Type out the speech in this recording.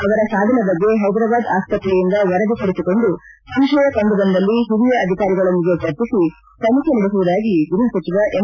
ಅವರ ಸಾವಿನ ಬಗ್ಗೆ ಹೈದ್ರಾಬಾದ್ ಆಸ್ಪತ್ತೆಯಿಂದ ವರದಿ ತರಿಸಿಕೊಂಡು ಸಂಶಯ ಕಂಡು ಬಂದಲ್ಲಿ ಹಿರಿಯ ಅಧಿಕಾರಿಗಳೊಂದಿಗೆ ಚರ್ಚಿಸಿ ತನಿಖೆ ನಡೆಸುವುದಾಗಿ ಗೃಹಸಚಿವ ಎಂ